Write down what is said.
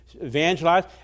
evangelize